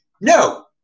No